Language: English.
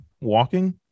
walking